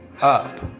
up